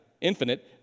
infinite